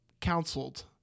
counseled